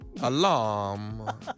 Alarm